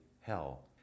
hell